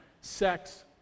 Sex